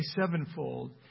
sevenfold